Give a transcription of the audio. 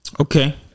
Okay